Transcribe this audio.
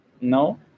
No